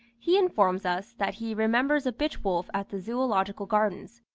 he informs us, that he remembers a bitch-wolf at the zoological gardens,